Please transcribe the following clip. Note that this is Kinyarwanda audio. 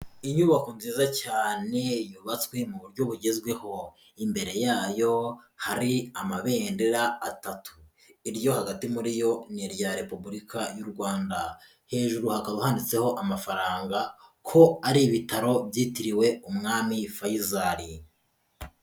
Inyubako nziza cyane yubatswe mu buryo bugezweho, imbere yayo hari amabendera atatu iryo hagati muri yo ni irya repubulika y'u Rwanda, hejuru hakaba handitseho amafaranga ko ari ibitaro byitiriwe umwami Faisal.